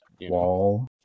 Wall